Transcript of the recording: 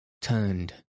turned